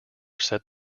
set